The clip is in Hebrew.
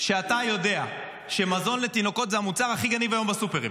כשאתה יודע שמזון לתינוקות זה המוצר הכי גניב היום בסופרים?